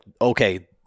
okay